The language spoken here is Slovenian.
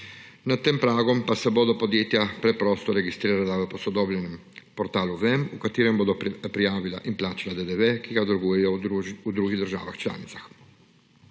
nad tem pragom pa se bodo podjetja preprosto registrirala v posodobljenem portalu e-Vem, v katerem bodo prijavila in plačala DDV, ki ga dolgujejo v drugih državah članicah.